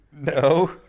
No